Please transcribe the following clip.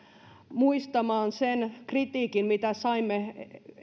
muistamaan sen kritiikin mitä saimme